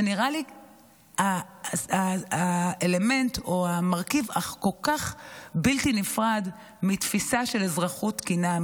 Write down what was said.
זה נראה לי אלמנט או מרכיב כל כך בלתי נפרד מתפיסה של אזרחות תקינה,